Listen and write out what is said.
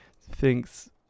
thinks